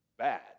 bad